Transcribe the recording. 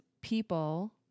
people